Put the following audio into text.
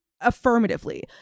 affirmatively